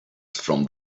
from